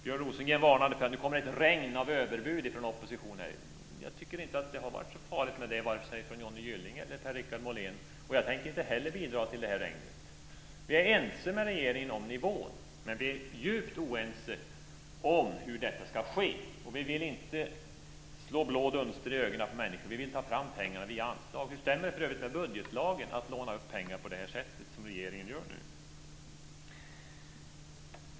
Björn Rosengren varnade för att det nu kommer ett regn av överbud från oppositionen. Jag tycker inte att det har varit så farligt med det från vare sig Johnny Gylling eller Per-Richard Molén, och jag tänker inte heller bidra till det här regnet. Vi är ense med regeringen om nivån, men vi är djupt oense om hur detta ska ske. Vi vill inte slå blå dunster i ögonen på människor. Vi vill ta fram pengarna via anslag. Hur stämmer det för övrigt med budgetlagen att låna upp pengar på det här sättet som regeringen gör nu?